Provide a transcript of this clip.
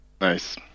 Nice